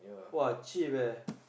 !wah! cheap eh